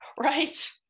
Right